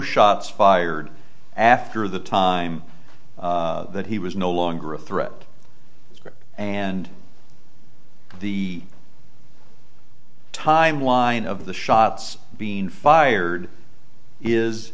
shots fired after the time that he was no longer a threat and the timeline of the shots being fired is